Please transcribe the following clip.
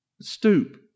Stoop